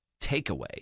takeaway